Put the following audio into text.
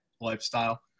lifestyle